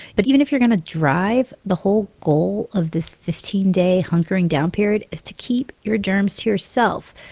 but even if you're going to drive, the whole goal of this fifteen day hunkering down period is to keep your germs to yourself,